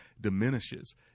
diminishes